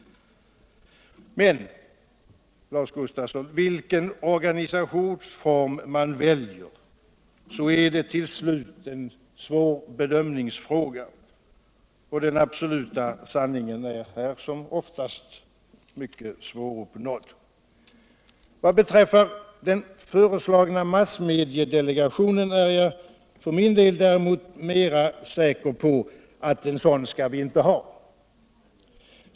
Men, Lars Gustafsson, vilken organisationsform man väljer är till slut en svår bedömningsfråga, och den absoluta sanningen är här som oftast mycket svår att nå. Vad beträffar den föreslagna massmediedelegationen är jag för min del däremot mera säker på att en sådan skall vi inte ha.